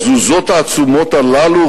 התזוזות העצומות הללו,